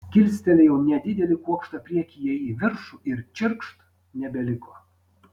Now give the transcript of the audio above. kilstelėjau nedidelį kuokštą priekyje į viršų ir čirkšt nebeliko